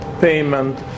payment